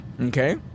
Okay